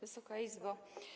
Wysoka Izbo!